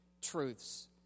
truths